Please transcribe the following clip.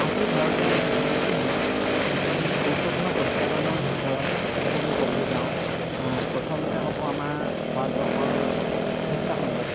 আজি ভাৰতে সন্মুখীন হোৱা কিছুমান গুৰুত্বপূৰ্ণ প্ৰত্যাহ্বানৰ ভিতৰত যেনে আমি ক'বলৈ যাওঁ প্ৰথমতে হ'ব আমাৰ ভাৰতবৰ্ষৰ শিক্ষাখণ্ড